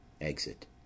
Exit